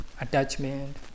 attachment